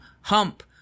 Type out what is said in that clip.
hump